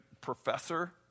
professor